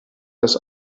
dass